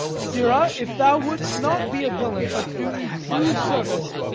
sirrah, if thou wouldst not be a villain, but do me true service,